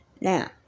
Now